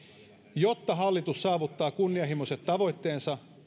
jotta hallitus saavuttaa kunnianhimoiset tavoitteensa